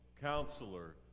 counselor